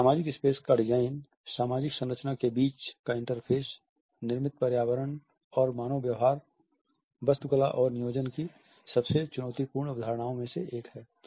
एक सामाजिक स्पेस का डिज़ाइन सामाजिक संरचना के बीच का इंटरफ़ेस निर्मित पर्यावरण और मानव व्यवहार वास्तुकला और नियोजन की सबसे चुनौती पूर्ण अवधारणाओं में से एक है